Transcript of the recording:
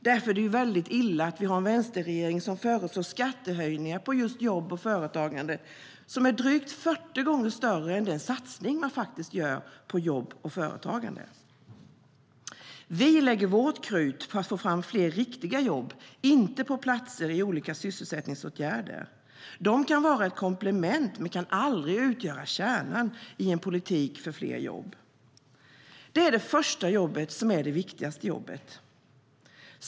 Därför är det illa att vi har en vänsterregering som föreslår skattehöjningar på just jobb och företagande som är drygt 40 gånger större än deras satsning på jobb och företagande. Det är det första jobbet som är det viktigaste jobbet.